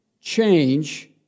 change